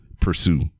pursue